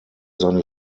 seine